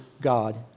God